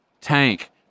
tank